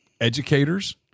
educators